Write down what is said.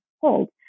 hold